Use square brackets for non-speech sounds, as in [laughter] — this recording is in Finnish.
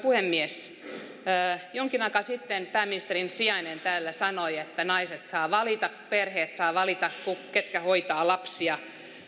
[unintelligible] puhemies jonkin aikaa sitten pääministerin sijainen täällä sanoi että naiset saavat valita perheet saavat valita ketkä hoitavat lapsia